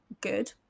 good